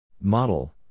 Model